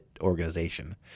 organization